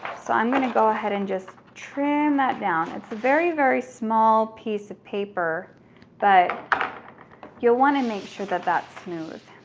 so i'm gonna go ahead and just trim that down. it's a very, very small piece of paper that you'll wanna make sure that that's smooth.